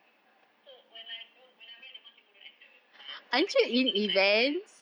so when I don't when I wear the mask people don't expect me to smile I mean you can you can eye smile